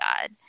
God